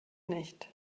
nicht